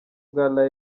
bwa